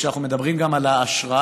שכשאנחנו מדברים על השראה,